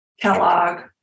Kellogg